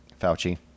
Fauci